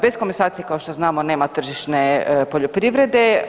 Bez komasacije kao što znamo nema tržišne poljoprivrede.